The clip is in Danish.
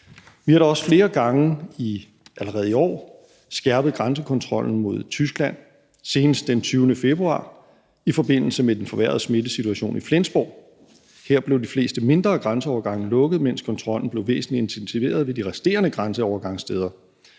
allerede i år flere gange skærpet grænsekontrollen mod Tyskland, senest den 20. februar i forbindelse med den forværrede smittesituation i Flensborg. Her blev de fleste mindre grænseovergange lukket, mens kontrollen blev væsentligt intensiveret ved de resterende grænseovergangssteder.